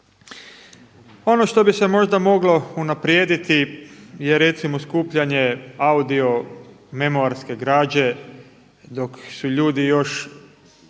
Ono što bi se možda moglo unaprijediti je recimo skupljanje audio memoarske građe dok su ljudi još